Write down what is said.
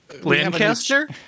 Lancaster